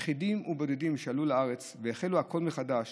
יחידים ובודדים שעלו לארץ והחלו הכול מחדש